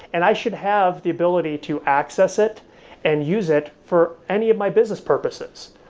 and i should have the ability to access it and use it for any of my business purposes.